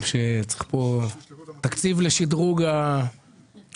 והדבר הזה צריך לעמוד לנגד עינינו בהיבטי